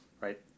right